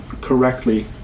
correctly